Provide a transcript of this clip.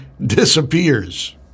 disappears